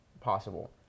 possible